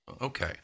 Okay